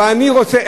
אבל אני רוצה,